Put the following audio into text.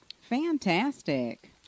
Fantastic